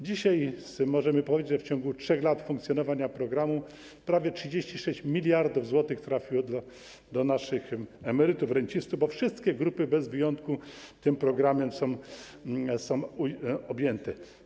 Dzisiaj możemy powiedzieć, że w ciągu 3 lat funkcjonowania programu prawie 36 mld zł trafiło do naszych emerytów i rencistów, bo wszystkie grupy bez wyjątku tym programem są objęte.